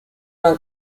eran